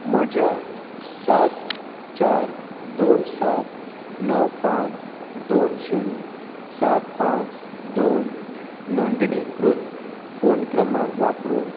म्हज्या सात चार दोन सात णव पांच दोन शुन्य सात पांच दोन नोंदणीकृत फोन क्रमांक वापरून